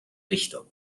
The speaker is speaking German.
richtung